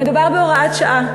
מדובר בהוראת שעה.